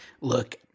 look